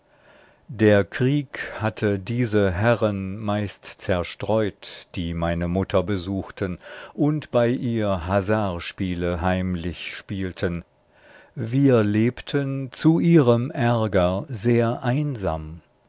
der krieg hatte diese herren meist zerstreut die meine mutter besuchten und bei ihr hazardspiele heimlich spielten wir lebten zu ihrem ärger sehr einsam